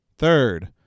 Third